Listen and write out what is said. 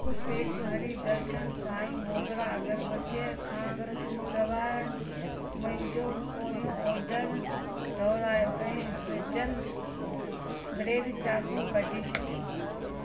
हिक पैक हरी दर्शन साई मोगरा अगरबत्ती खां सवाइ मुंहिंजो पोयों ऑर्डर दुहिरायो ऐं हेज़ल ब्रेड चाकू कढी छॾियो